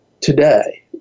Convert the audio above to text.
today